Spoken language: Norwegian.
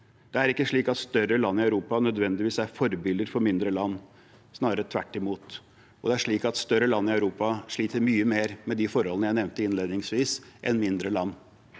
Det er ikke slik at større land i Europa nødvendigvis er forbilder for mindre land, snarere tvert imot, og det er slik at større land i Europa sliter mye mer med de forholdene jeg nevnte innledningsvis, enn mindre land.